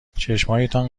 چشمهایتان